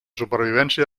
supervivència